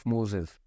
Moses